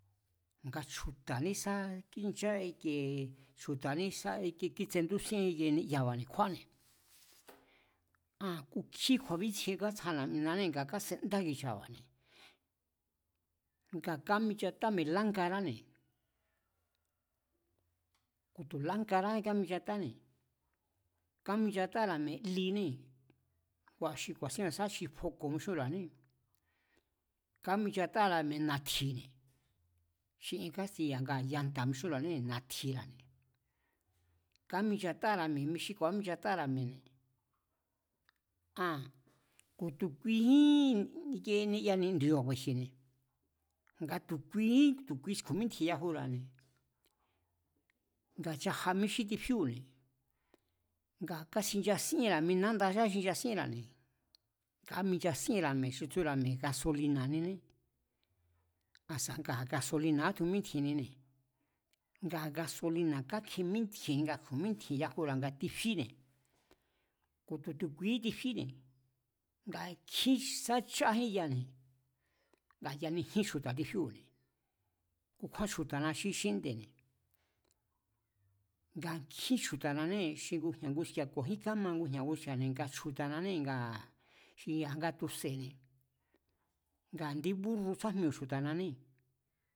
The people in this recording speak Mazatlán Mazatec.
Nga chju̱ta̱ní sa ínchá ikiee, chju̱ta̱ní kitsendúsíén ni'yaba̱ kjúáne̱, aa̱n kukjí kju̱a̱bítsjien kátsja na̱'minanée̱ nga kásendá ki̱cha̱ba̱ne̱, nga kaminchata mi̱e̱ lájngaráne̱, ku̱ tu̱ lájngarájín káminchatáne̱, kaminchatára̱ mi̱e̱ linée̱ kua̱ xi ku̱a̱sín ku̱nisá xi foco̱ mixúnra̱ané, káminchatára̱ mi̱e̱ na̱tji̱ne̱, xi ien kastiya̱ ngaa̱ yanta̱ mixúnra̱anée̱, na̱tji̱ra̱ne̱, káminchatára̱ mi̱e̱ mi xí ku̱a̱ kamínchatára̱ mi̱e̱, aa̱n ku̱ tu̱kuijín niya nindi̱ba̱ ku̱e̱ji̱ne̱, nga tu̱ kuií, tu̱ kui ske̱nítji̱e̱n yajura̱ne̱, nga chaja míxí tifíu̱ne̱ ngaa̱ kaxinchasíénra̱ mi nándaní xi xinchasíénra̱ne̱, káminchasíenra̱ mi̱e̱ xi tsúra̱ mi̱e̱ gasolina̱niné asa̱ ngaa̱ gasolina̱ katjunítji̱e̱nine̱ ngaa̱ gasolina̱ kákjemítji̱e̱n nga ske̱mítji̱e̱nyajura- ngaa̱ tifíne̱ ku̱ tu̱ tu̱kuijín tifíne̱ ngaa̱ kjin sá chájín yane̱, ngaa̱ yanijín chju̱ta̱ tifíu̱ne̱, kukjúan chju̱ta̱na xí xínde̱ne̱, nga kjín chju̱ta̱nanée̱ xi ngujña̱ nguski̱a̱ ku̱a̱jín kama ngujña̱ nguski̱a̱ nga chju̱ta̱nanée̱ ngaa̱ xi ya̱nga tu̱se̱ne̱ ngaa̱ indí búrru fajmiu̱ chju̱ta̱nanée̱